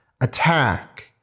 attack